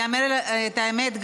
את האמת,